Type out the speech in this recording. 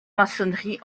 maçonnerie